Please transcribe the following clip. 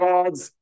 God's